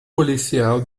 policial